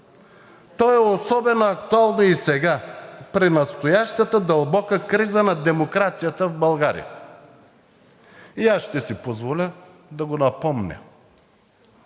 То е особено актуално сега при настоящата дълбока криза на демокрацията в България и аз ще си позволя да го напомня: